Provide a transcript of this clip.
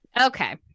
okay